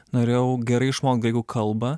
norėjau gerai išmokt graikų kalbą